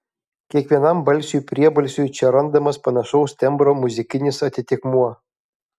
kiekvienam balsiui priebalsiui čia randamas panašaus tembro muzikinis atitikmuo